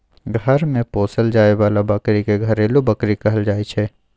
घर मे पोसल जाए बला बकरी के घरेलू बकरी कहल जाइ छै